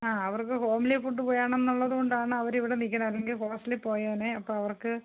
ആ അവർക്ക് homely food വേണം എന്നുള്ളതുകൊണ്ടാണ് അവരിവിടെ നിൽക്കുന്നത് അല്ലെങ്കിൽ ഹോസ്റ്റലിൽ പോയേനെ അപ്പോൾ അവർക്ക്